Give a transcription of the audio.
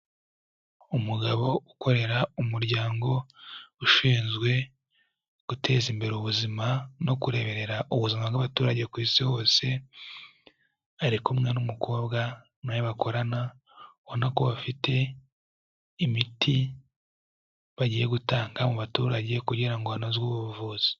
Umugabo ukorera umuryango ushinzwe guteza imbere ubuzima no kureberera ubuzima bw'abaturage ku isi hose, ari kumwe n'umukobwa nawe bakorana ubona ko bafite imiti bagiye gutanga mu baturage kugira ngo hanoze ubuvuzi.